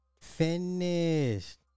Finished